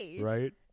Right